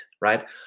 right